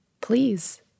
please